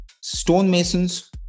stonemasons